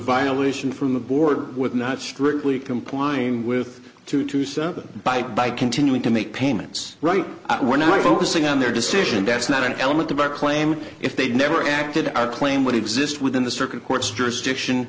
violation from the board with not strictly complying with two to seven by by continuing to make payments right that we're not focusing on their decision that's not an element of our claim if they never acted our claim would exist within the circuit court's jurisdiction